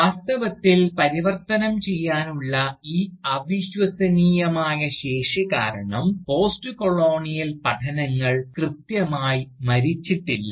വാസ്തവത്തിൽ പരിവർത്തനം ചെയ്യാനുള്ള ഈ അവിശ്വസനീയമായ ശേഷി കാരണം പോസ്റ്റ്കൊളോണിയൽ പഠനങ്ങൾ കൃത്യമായി മരിച്ചിട്ടില്ല